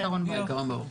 העיקרון ברור.